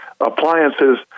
Appliances